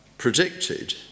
predicted